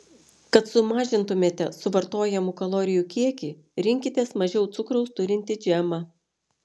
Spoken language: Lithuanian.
kad sumažintumėte suvartojamų kalorijų kiekį rinkitės mažiau cukraus turintį džemą